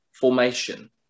formation